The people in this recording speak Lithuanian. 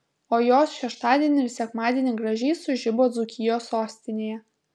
o jos šeštadienį ir sekmadienį gražiai sužibo dzūkijos sostinėje